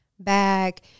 back